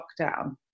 lockdown